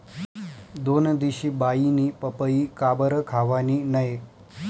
दोनदिशी बाईनी पपई काबरं खावानी नै